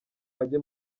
ajye